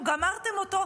גמרתם אותו,